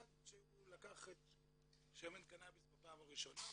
עד שהוא לקח שמן קנאביס בפעם הראשונה,